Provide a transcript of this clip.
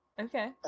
Okay